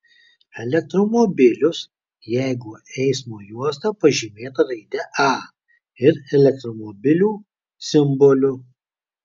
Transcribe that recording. elektromobilius jeigu eismo juosta pažymėta raide a ir elektromobilių simboliu